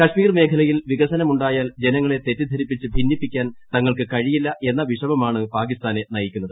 കാശ്മീർ മേഖലയിൽ വികസനമുണ്ടായാൽ ജനങ്ങളെ തെറ്റിദ്ധരിപ്പിച്ച് ഭിന്നിപ്പിക്കാൻ തങ്ങൾക്ക്കഴിയില്ല എന്ന വിഷമമാണ് പാകിസ്ഥാനെ നയിക്കുന്നത്